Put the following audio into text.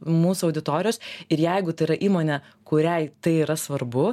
mūsų auditorijos ir jeigu tai yra įmonė kuriai tai yra svarbu